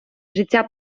життя